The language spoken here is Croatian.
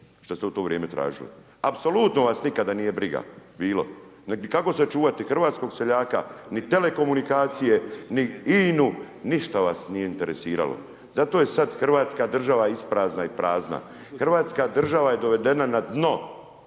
što ste u to vrijeme tražili. Apsolutno vas nikada nije briga bilo niti kako sačuvati hrvatskog seljaka niti telekomunikacije ni INA-u, ništa vas nije interesiralo. Zato je sad Hrvatska država isprazna i prazna. Hrvatska država je dovedena na dno